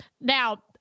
now